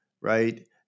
right